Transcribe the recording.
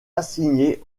assigné